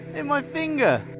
and my finger!